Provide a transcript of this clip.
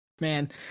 Man